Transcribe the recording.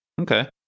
okay